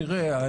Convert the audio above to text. תראה,